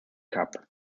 cup